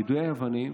יידוי אבנים